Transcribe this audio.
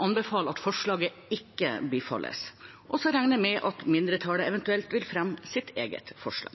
anbefaler at forslaget ikke bifalles. Så regner jeg med at mindretallet eventuelt vil fremme sitt eget forslag.